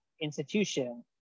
institution